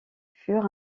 furent